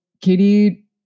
Katie